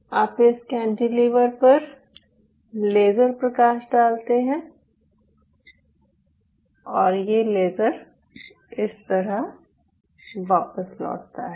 आप इस कैंटिलीवर पर लेजर प्रकाश डालते हैं और ये लेजर इस तरह वापस लौटता है